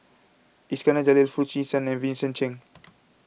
Iskandar Jalil Foo Chee San and Vincent Cheng